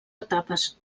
etapes